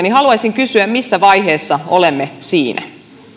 niin missä vaiheessa olemme siinä